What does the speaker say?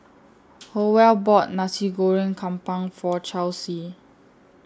Howell bought Nasi Goreng Kampung For Charlsie